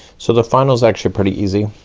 so the final is actually pretty easy.